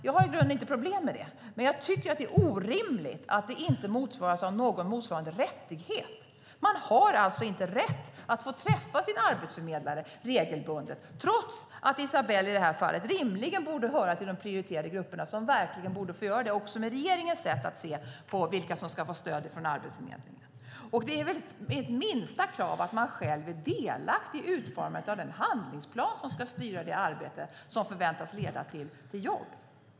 Jag har i grunden inte problem med det, men jag tycker att det är orimligt att det inte motsvaras av någon rättighet. Man har alltså inte rätt att träffa sin arbetsförmedlare regelbundet, trots att i det här fallet Isabell rimligen borde höra till de prioriterade grupper som verkligen borde få göra det också med regeringens sätt att se på vilka som ska få stöd från Arbetsförmedlingen. Det är väl ett minsta krav att man själv är delaktig i utformandet av den handlingsplan som ska styra det arbete som förväntas leda till jobb.